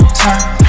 time